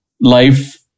Life